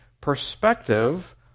perspective